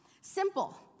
Simple